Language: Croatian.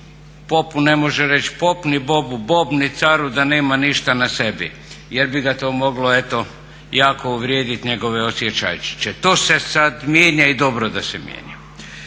popu ne može reći pop ni bobu bob ni caru da nema ništa na sebi jer bi ga to moglo eto jako moglo uvrijediti njegove osjećajćiće. To se sada mijenja i dobro da se mijenja.